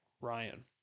Ryan